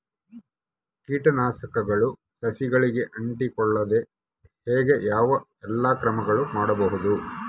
ಕೇಟನಾಶಕಗಳು ಸಸಿಗಳಿಗೆ ಅಂಟಿಕೊಳ್ಳದ ಹಾಗೆ ಯಾವ ಎಲ್ಲಾ ಕ್ರಮಗಳು ಮಾಡಬಹುದು?